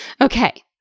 Okay